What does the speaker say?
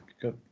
good –